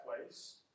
place